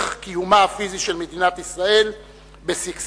קיומה הפיזי של מדינת ישראל בשגשוג,